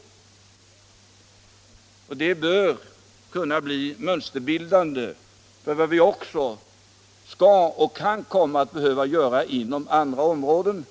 Detta bör kunna bli mönsterbildande för vad vi också kan komma att behöva göra inom andra områden.